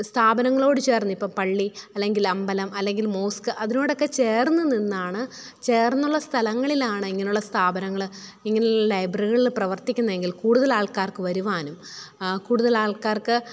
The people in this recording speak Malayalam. സ്ഥാപനങ്ങളോട് ചേര്ന്ന് ഇപ്പോൾ പള്ളി അല്ലെങ്കില് അമ്പലം അല്ലെങ്കില് മോസ്ക്ക് അതിനോടൊക്കെ ചേര്ന്ന് നിന്നാണ് ചേര്ന്നുള്ള സ്ഥലങ്ങളിലാണ് ഇങ്ങനെയുള്ള സ്ഥാപനങ്ങൾ ഇങ്ങനെയുള്ള ലൈബ്രറികൾ പ്രവര്ത്തിക്കുന്നതെങ്കില് കൂടുതലാള്ക്കാര്ക്ക് വരുവാനും കൂടുതല് ആള്ക്കാര്ക്ക്